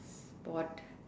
sport